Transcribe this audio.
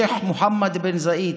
השייח' מוחמד בן זאייד,